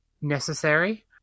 necessary